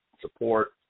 support